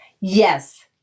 yes